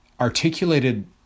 articulated